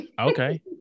okay